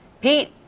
Pete